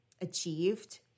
achieved